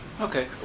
Okay